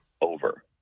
over